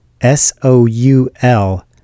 S-O-U-L